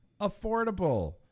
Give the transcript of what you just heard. affordable